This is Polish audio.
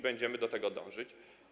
Będziemy do tego dążyć.